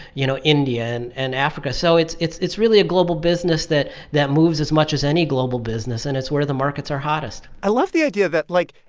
you know, india and and africa. so it's it's really a global business that that moves as much as any global business, and it's where the markets are hottest i love the idea that, like,